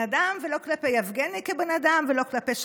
אדם ולא כלפי יבגני כבן אדם ולא כלפי שרן,